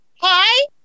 Hi